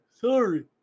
Sorry